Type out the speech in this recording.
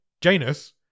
Janus